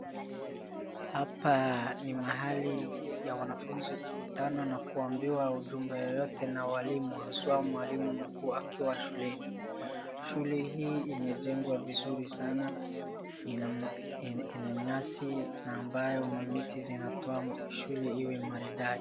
Hapa ni mahali ya wanafunzi kukutana na kuambiwa ujumbe yoyote na walimu haswa mwalimu mkuu akiwa shuleni. Shule hii imejengwa vizuri sana, ina nyasi na ambayo mamiti zinatoa shule hiyo maridadi.